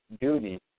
duty